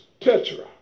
Tetra